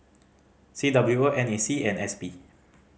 C W O N A C and S P